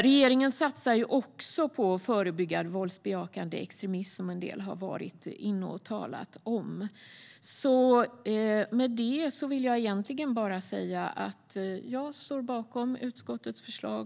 Regeringen satsar också på att förebygga våldsbejakande extremism, vilket en del har talat om. Med detta yrkar jag bifall till utskottets förslag.